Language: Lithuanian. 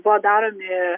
buvo daromi